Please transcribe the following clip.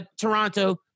Toronto